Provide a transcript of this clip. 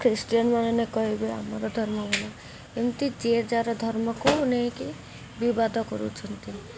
Christian ମାନେ କହିବେ ଆମର ଧର୍ମ ଭଲ ଏମିତି ଯିଏ ଯାର ଧର୍ମକୁ ନେଇକି ବିବାଦ କରୁଛନ୍ତି